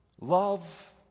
Love